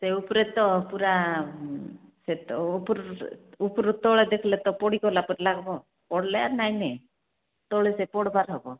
ସେ ଉପରେ ତ ପୂରା ସେ ତ ଉପରୁ ଉପରୁ ତଳେ ଦେଖିଲେ ତ ପଡ଼ିଗଲା ପରି ଲାଗିବ ପଡ଼ିଲେ ନାହିଁ ନାହିଁ ତଳେ ସେ ପଡ଼ିବାର ହବ